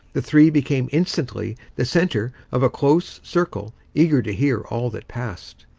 the three became instantly the centre of a close circle eager to hear all that passed.